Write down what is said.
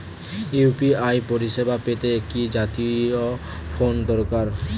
UPI পরিসেবা পেতে কি জাতীয় ফোন দরকার?